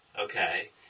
okay